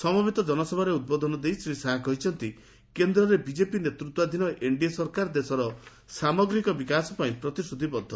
ସମବେତ ଜନସଭାରେ ଉଦ୍ବୋଧନ ଦେଇ ଶ୍ରୀ ଶାହା କହିଛନ୍ତି କେନ୍ଦରେ ବିଜେପି ନେତୃତ୍ୱାଧୀନ ଏନ୍ତିଏ ସରକାର ଦେଶର ସାମଗ୍ରିକ ବିକାଶ ପାଇଁ ପ୍ରତିଶ୍ରୁତିବଦ୍ଧ